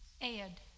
Ed